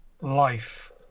life